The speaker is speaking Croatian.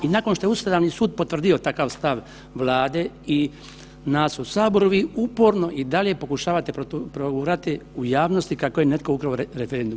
I nakon što je Ustavni sud potvrdio takav stav Vlade i nas u saboru, vi uporno i dalje pokušavate progurati u javnosti kako je netko ukrao referendum.